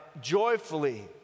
joyfully